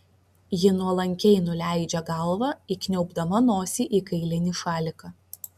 ji nuolankiai nuleidžia galvą įkniaubdama nosį į kailinį šaliką